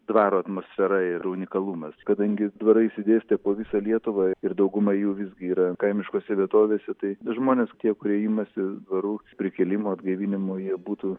dvaro atmosfera ir unikalumas kadangi dvarai išsidėstę po visą lietuvą ir dauguma jų visgi yra kaimiškose vietovėse tai žmonės tie kurie imasi dvarų prikėlimo atgaivinimo jie būtų